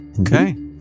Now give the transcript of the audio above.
Okay